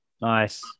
Nice